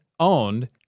owned